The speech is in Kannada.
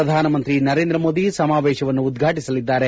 ಪ್ರಧಾನಮಂತ್ರಿ ನರೇಂದ್ರ ಮೋದಿ ಸಮಾವೇಶವನ್ನು ಉದ್ವಾಟಿಸಲಿದ್ದಾರೆ